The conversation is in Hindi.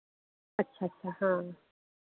अच्छा अच्छा हाँ